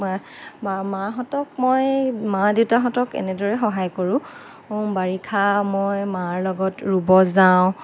বা মাহঁতক মই মা দেউতাহঁতক এনেদৰে সহায় কৰোঁ বাৰিষা মই মাৰ লগত ৰুব যাওঁ